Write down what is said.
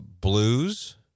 blues